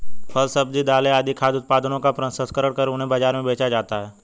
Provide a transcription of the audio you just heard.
फल, सब्जी, दालें आदि खाद्य उत्पादनों का प्रसंस्करण करके उन्हें बाजार में बेचा जाता है